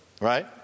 right